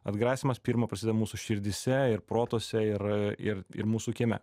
atgrasymas pirma prasideda mūsų širdyse ir protuose ir ir ir mūsų kieme